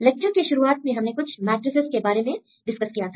lecture के शुरुआत में हमने कुछ मैट्रिसेस के बारे में डिस्कस किया था